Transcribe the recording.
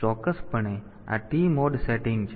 તેથી ચોક્કસપણે આ TMOD સેટિંગ છે